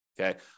Okay